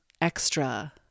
extra